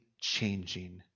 changing